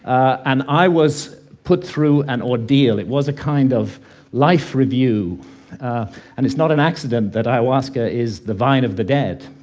and i was put through an ordeal, it was a kind of life-review. and it's not an accident that ayahuasca is the vine of the dead.